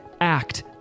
act